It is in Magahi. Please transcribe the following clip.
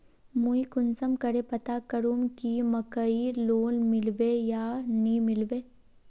मुई कुंसम करे पता करूम की मकईर लोन मिलबे या नी मिलबे?